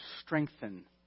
strengthen